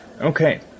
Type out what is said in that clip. Okay